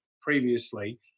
previously